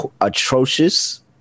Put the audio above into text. atrocious